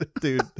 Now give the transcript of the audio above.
dude